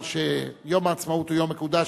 שיום העצמאות הוא יום מקודש,